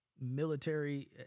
military